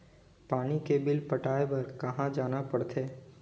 पानी के बिल पटाय बार कहा जाना पड़थे?